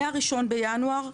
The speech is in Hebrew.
מהראשון בינואר,